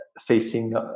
facing